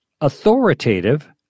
authoritative